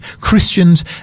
Christians